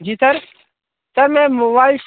जी sir sir मैं mobile